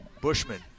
Bushman